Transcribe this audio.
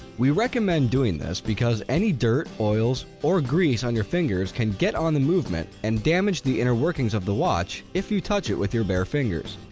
we recommend doing this because any dirt, oils or grease on your fingers can get on the movement and damage the inner workings of the watch if you touch it with your bare fingers.